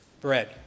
bread